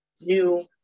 new